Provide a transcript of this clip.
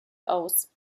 aus